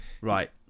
right